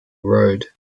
road